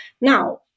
Now